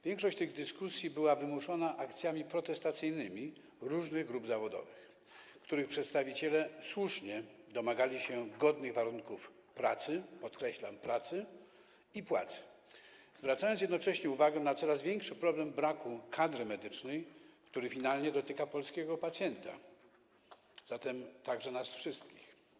Większość tych dyskusji była wymuszona akcjami protestacyjnymi różnych grup zawodowych, których przedstawiciele słusznie domagali się godnych warunków pracy - podkreślam: pracy - i płacy, zwracając jednocześnie uwagę na coraz większy problem związany z brakiem kadry medycznej, który finalnie dotyka polskiego pacjenta, zatem także nas wszystkich.